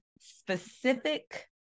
specific